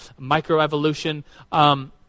Microevolution